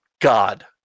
God